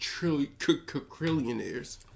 trillionaires